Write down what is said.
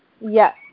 Yes